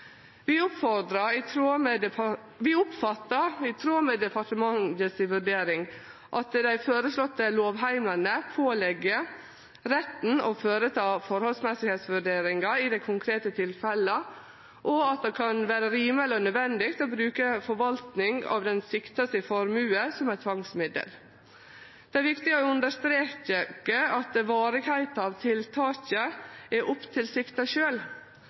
Vi oppfattar, i tråd med vurderinga til departementet, at dei føreslåtte lovheimlane pålegg retten å føreta forholdsmessigheitsvurderingar i dei konkrete tilfella, og at det kan vere rimeleg og nødvendig å bruke forvaltning av formuen til sikta som eit tvangsmiddel. Det er viktig å understreke at varigheita av tiltaket er opp til sikta